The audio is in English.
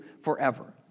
forever